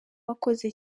wakoze